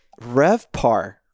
Revpar